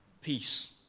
peace